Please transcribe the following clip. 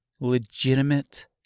legitimate